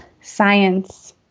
Science